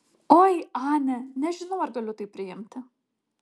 oi ane nežinau ar galiu tai priimti